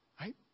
right